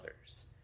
others